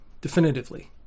definitively